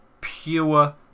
Pure